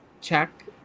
check